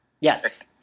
Yes